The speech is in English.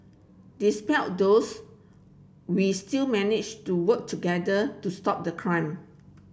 despite those we still managed to work together to stop the crime